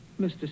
Mr